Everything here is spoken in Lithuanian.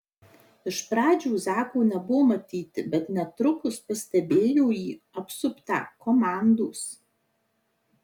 iš pradžių zako nebuvo matyti bet netrukus pastebėjo jį apsuptą komandos